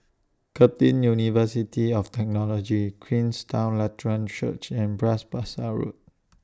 Curtin University of Technology Queenstown Lutheran Church and Bras Basah Road